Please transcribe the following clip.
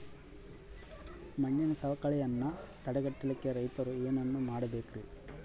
ಮಣ್ಣಿನ ಸವಕಳಿಯನ್ನ ತಡೆಗಟ್ಟಲಿಕ್ಕೆ ರೈತರು ಏನೇನು ಮಾಡಬೇಕರಿ?